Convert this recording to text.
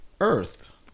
earth